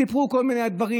סיפרו כל מיני דברים,